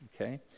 okay